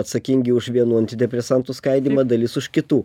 atsakingi už vienų antidepresantų skaidymą dalis už kitų